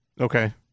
Okay